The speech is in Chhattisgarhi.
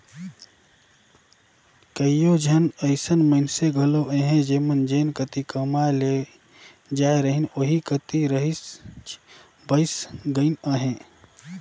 कइयो झन अइसन मइनसे घलो अहें जेमन जेन कती कमाए ले जाए रहिन ओही कती रइच बइस गइन अहें